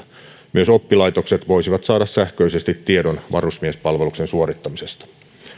myös oppilaitokset voisivat saada sähköisesti tiedon varusmiespalveluksen suorittamisesta